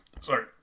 Sorry